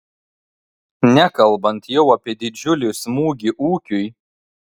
nekalbant jau apie didžiulį smūgį ūkiui